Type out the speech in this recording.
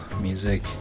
music